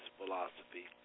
philosophy